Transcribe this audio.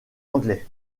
anglais